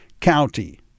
County